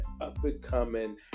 up-and-coming